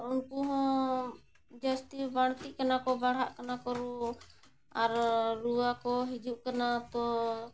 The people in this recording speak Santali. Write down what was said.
ᱩᱱᱠᱩ ᱦᱚᱸ ᱡᱟᱹᱥᱛᱤ ᱵᱟᱲᱛᱤᱜ ᱠᱟᱱᱟ ᱠᱚ ᱵᱟᱲᱦᱟᱜ ᱠᱟᱱᱟ ᱠᱚ ᱟᱨ ᱨᱩᱣᱟᱹ ᱠᱚ ᱦᱤᱡᱩᱜ ᱠᱟᱱᱟ ᱛᱚ